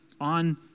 on